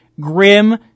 grim